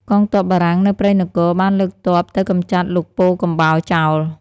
កងទ័ពបារាំងនៅព្រៃនគរបានលើកទ័ពទៅកម្ចាត់លោកពោធិកំបោរចោល។